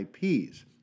IPs